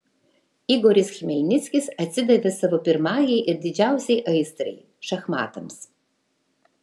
igoris chmelnickis atsidavė savo pirmajai ir didžiausiai aistrai šachmatams